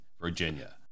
Virginia